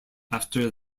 after